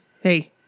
hey –